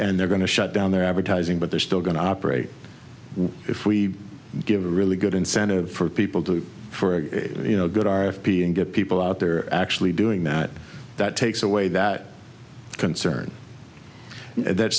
and they're going to shut down their advertising but they're still going to operate if we give a really good incentive for people to for you know good r f p and get people out there actually doing that that takes away that concern and that's